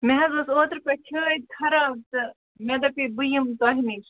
مےٚ حظ اوس اوترٕ پٮ۪ٹھ چھٲتۍ خراب تہٕ مےٚ دَپیٛاے بہٕ یِمہٕ تۄہہِ نِش